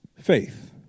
faith